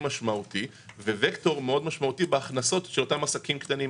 משמעותי ווקטור בהכנסות של אותם עסקים קטנים.